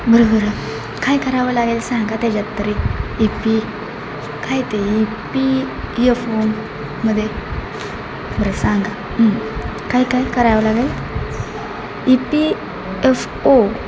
बरं बरं काय करावं लागेल सांगा त्याच्यात तरी ई पी काय ते ई पी एफ ओमध्ये बरं सांगा काय काय करावं लागेल ई पी एफ ओ